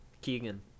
Keegan